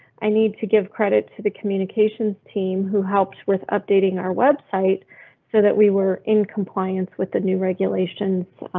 i need to give credit to the communications team who helped with updating our website so that we were in compliance with the new regulations.